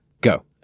go